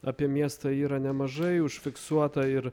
apie miestą yra nemažai užfiksuota ir